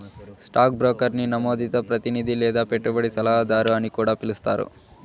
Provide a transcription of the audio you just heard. stock బ్రోకర్ని నమోదిత ప్రతినిది లేదా పెట్టుబడి సలహాదారు అని కూడా పిలిస్తారు